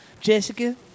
Jessica